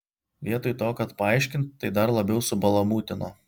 vietoj to kad paaiškint tai dar labiau subalamūtino